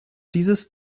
dieses